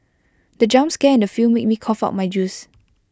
the jump scare in the film made me cough out my juice